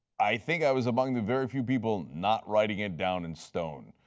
i think i was among the very few people not writing it down in stone.